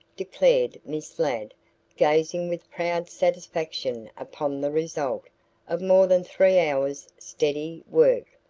declared miss ladd gazing with proud satisfaction upon the result of more than three hours' steady work.